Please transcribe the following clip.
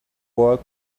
work